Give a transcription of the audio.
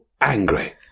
angry